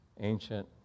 ancient